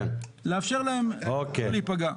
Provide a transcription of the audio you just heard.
לאפשר להם לא להיפגע.